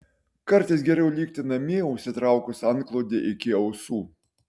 kartais geriau likti namie užsitraukus antklodę iki ausų